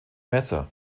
messer